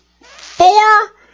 four